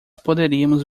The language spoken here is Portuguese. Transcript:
poderíamos